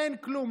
אין כלום,